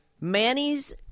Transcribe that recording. Manny's